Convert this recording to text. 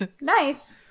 nice